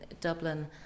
Dublin